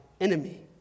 enemy